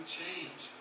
change